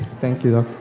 thank you,